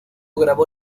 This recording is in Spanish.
grabó